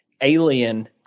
alien